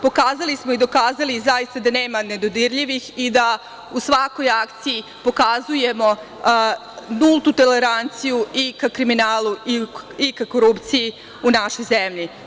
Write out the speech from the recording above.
Pokazali smo i dokazali da zaista nema nedodirljivih i da u svakoj akciji pokazujemo nultu toleranciju ka kriminalu i ka korupciji u našoj zemlji.